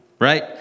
right